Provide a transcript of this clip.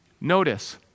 Notice